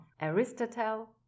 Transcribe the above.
Aristotle